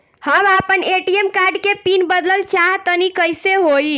हम आपन ATM card के पीन बदलल चाहऽ तनि कइसे होई?